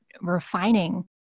refining